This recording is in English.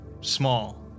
small